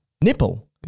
Nipple